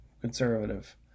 conservative